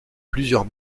plusieurs